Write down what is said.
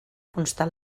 constar